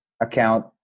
account